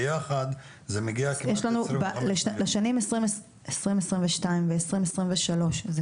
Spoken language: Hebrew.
ביחד זה מגיע כמעט לעשרים וחמש --- לשנים 2022 ו-2023 זה